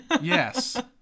Yes